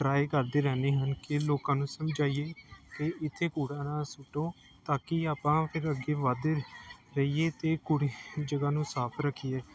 try ਕਰਦੇ ਰਹਿੰਦੇ ਹਨ ਕਿ ਲੋਕਾਂ ਨੂੰ ਸਮਝਾਈਏ ਕਿ ਇੱਥੇ ਕੂੜਾ ਨਾ ਸੁਟੋ ਤਾਂ ਕਿ ਆਪਾਂ ਫਿਰ ਅੱਗੇ ਵਧਦੇ ਰਹੀਏ ਅਤੇ ਕੂੜੇ ਜਗ੍ਹਾ ਨੂੰ ਸਾਫ਼ ਰੱਖੀਏ